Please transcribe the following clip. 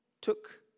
took